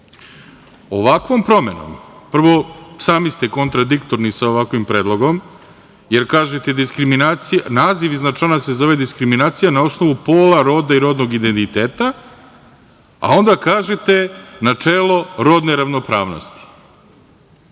obimu. Ovakvom promenom, prvo, sami ste kontradiktorni sa ovakvim predlogom jer kažete – naziv iznad člana se zove – diskriminacija na osnovu pola, roda i rodnog identiteta, a onda kažete – načelo rodne ravnopravnosti.